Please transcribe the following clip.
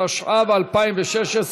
התשע"ו 2016,